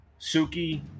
Suki